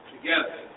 together